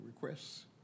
Requests